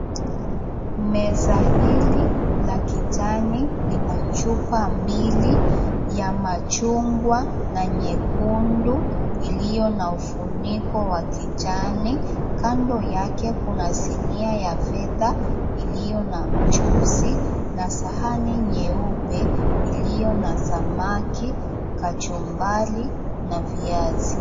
Meza hili la kijani ina chupa mbili, ya machungwa na nyekundu iliyo na ufuniko wa kijani. Kando yake kuna sinia ya fedha, iliyo na mchuzi, na sahani nyeupe iliyo na samaki, kachumbari na viazi.